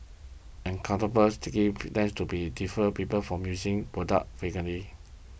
an uncomfortable sticky feel tends to be defer people from using product frequently